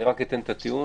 אני רק אתן את הטיעון.